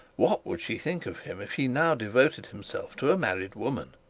what would she think of him if he now devoted himself to a married woman?